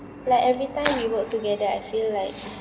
like every time we work together I feel like